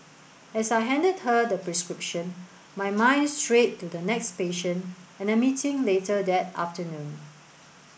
as I handed her the prescription my mind strayed to the next patient and a meeting later that afternoon